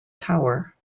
tower